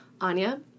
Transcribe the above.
Anya